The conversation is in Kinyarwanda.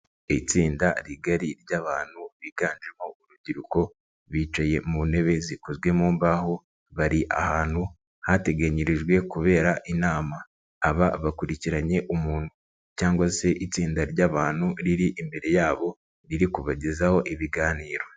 Itsinda rigari ry'abantu biganjemo urubyiruko, bicaye mu ntebe zikozwe mu mbaho, bari ahantu hateganyirijwe kubera inama, aba bakurikiranye umuntu cyangwa se itsinda ry'abantu riri imbere yabo riri kubagezaho ibiganiro.